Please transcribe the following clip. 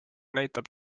näitab